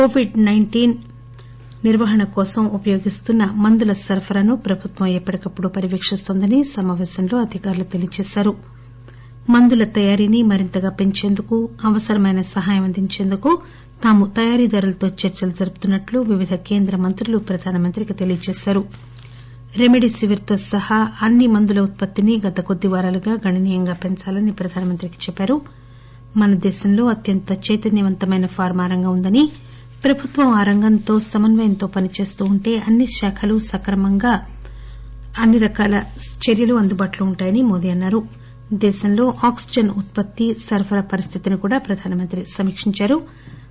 కోవింద్ సైంటీన్ న్యూకార్ మైక్రోఫిష్ నిర్వహణ కోసం ఉపయోగిస్తున్న మందుల సరఫరాను ప్రభుత్వం ఎప్పటికప్పుడు పర్యవేకిన్తోందని సమాపేశంలో అధికారులు తెలియచేశారు మందుల తయారీని మరింతగా పెంచేందుకు అవసరమైన సహాయం అందించేందుకు తాము తయారీదారులతో చర్చలు జరుపుతున్నట్లు వివిధ కేంద్రమంత్రులు ప్రధాన మంత్రికి తెలియజేశారు రెమెడీ సివియర్ తో సహా అన్ని మందుల ఉత్పత్తిని గత కొద్ది వారాలుగా గణనీయంగా పెంచాలని ప్రధానమంత్రికి చెప్పారు మన దేశంలో అత్యంత చైతన్వవంతమైన ఫార్మా రంగం ఉందని ప్రభుత్వం ఆ రంగంతో సమన్వయంతో పనిచేస్తూ ఉంటే అన్ని శాఖలూ సక్రమంగా అందుబాటులో ఉంటాయని మోదీ అన్నారు దేశంలో ఆక్సిజన్ ఉత్పత్తి సరఫరా పరిస్దితిని కూడా ప్రధాన మంత్రి సమీక్షించారు